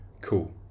Cool